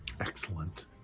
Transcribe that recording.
Excellent